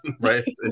right